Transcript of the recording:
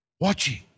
watching